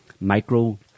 micro